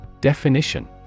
Definition